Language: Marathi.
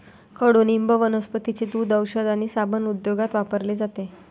कडुनिंब वनस्पतींचे दूध, औषध आणि साबण उद्योगात वापरले जाते